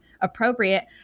appropriate